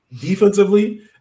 defensively